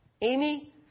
Amy